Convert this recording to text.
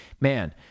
Man